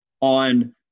on